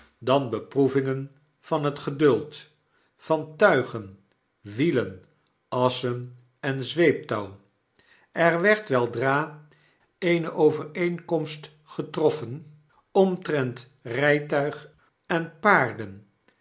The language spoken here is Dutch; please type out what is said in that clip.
dan beproevingen van het geduld van tuigen wielen assen en zweeptouw er werd weldra eeneovereenkomstgetroffenomtrent rijtuig en paarden